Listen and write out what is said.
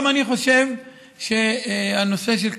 גם אני חושב שהנושא של הכליאה,